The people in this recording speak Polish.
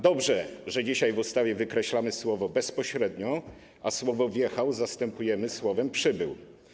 Dobrze, że dzisiaj w ustawie wykreślamy słowo ˝bezpośrednio˝, a słowo ˝wjechał˝ zastępujemy słowem ˝przybył˝